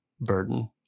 burden